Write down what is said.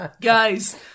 guys